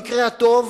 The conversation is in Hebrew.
במקרה הטוב